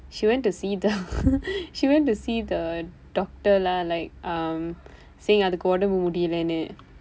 she went to see the she went to see the doctor lah like um அதுக்கு உடம்பு முடியலன்னு:athukku udampu mudiyilannu